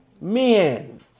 Men